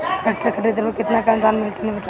Tractor खरीदे पर कितना के अनुदान मिली तनि बताई?